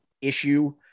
issue